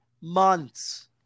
months